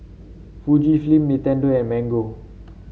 Fujifilm Nintendo and Mango